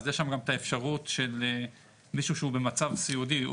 אז יש שם גם את האפשרות של מישהו במצב סיעודי,